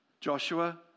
Joshua